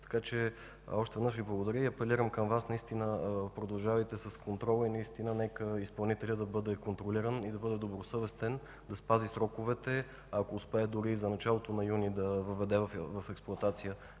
Още веднъж Ви благодаря и апелирам към Вас – продължавайте с контрола и нека изпълнителят бъде контролиран и да бъде добросъвестен да спази сроковете. Ако успее дори за началото на юни да въведе в експлоатация